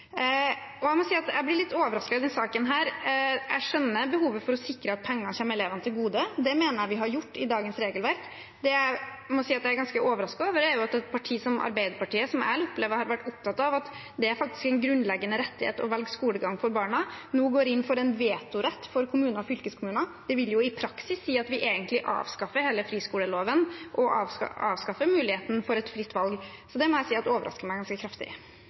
Jeg må si at jeg blir litt overrasket i denne saken. Jeg skjønner behovet for å sikre at pengene kommer elevene til gode. Det mener jeg vi har gjort i dagens regelverk. Det jeg må si jeg er ganske overrasket over, er at et parti som Arbeiderpartiet, som jeg opplever har vært opptatt av at det faktisk er en grunnleggende rettighet å velge skolegang for barna, nå går inn for en vetorett for kommuner og fylkeskommuner. Det vil i praksis si at vi egentlig avskaffer hele friskoleloven og avskaffer muligheten for et fritt valg. Det må jeg si overrasker meg ganske kraftig. Jeg tror bare vi skal konstatere at Venstre og Arbeiderpartiet er